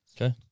Okay